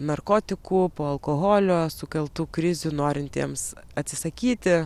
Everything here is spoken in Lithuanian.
narkotikų po alkoholio sukeltų krizių norintiems atsisakyti